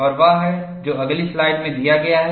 और वह है जो अगली स्लाइड में दिया गया है